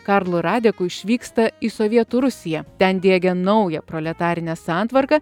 karlu radeku išvyksta į sovietų rusiją ten diegia naują proletarinę santvarką